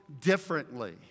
differently